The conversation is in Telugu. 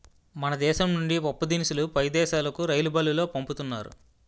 మన దేశం నుండి పప్పుదినుసులు పై దేశాలుకు రైలుబల్లులో పంపుతున్నారు